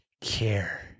care